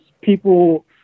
people